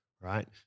right